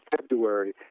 February